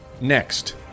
next